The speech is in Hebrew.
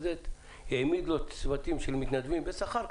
והעמידו לו צוותים של מתנדבים בשכר,